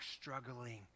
struggling